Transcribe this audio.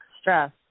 stress